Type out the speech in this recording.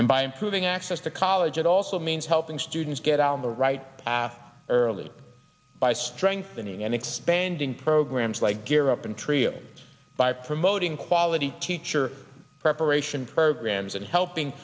and by improving access to college it also means helping students get out on the right path early by strengthening and expanding programs like gear up and trios by promoting quality teacher preparation for grams and helping